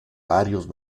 varios